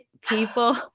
people